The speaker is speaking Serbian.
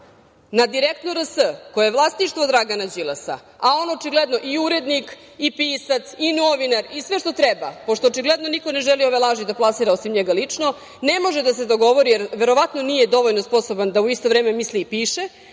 na direktno RS, koje je vlasništvo Dragana Đilasa, a on očigledno i urednik, i pisac, i novinar, i sve što treba, pošto očigledno niko ne želi ove laži da plasira osim njega lično, ne može da se dogovori, jer verovatno nije dovoljno sposoban da u isto vreme misli i piše,